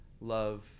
love